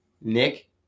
Nick